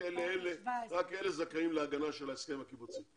רק אלה זכאים להגנה של ההסכם הקיבוצי,